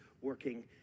working